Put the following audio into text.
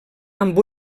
amb